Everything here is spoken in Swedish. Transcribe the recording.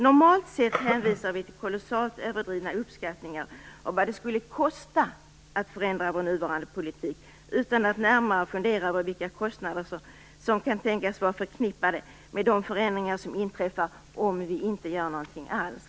Normalt sett hänvisar vi till kolossalt överdrivna uppskattningar av vad det skulle kosta att förändra vår nuvarande politik, utan att närmare fundera över vilka kostnader som kan tänkas vara förknippade med de förändringar som inträffar om vi inte gör någonting alls."